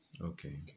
Okay